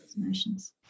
emotions